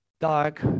dark